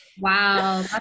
Wow